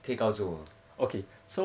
可以告诉我